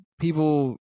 people –